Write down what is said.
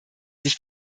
sich